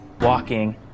walking